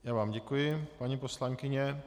Já vám děkuji, paní poslankyně.